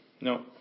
No